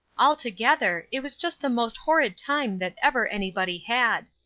altogether, it was just the most horrid time that ever anybody had.